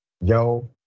Yo